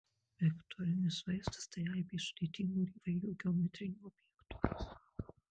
vektorinis vaizdas tai aibė sudėtingų ir įvairių geometrinių objektų